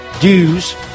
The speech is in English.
dues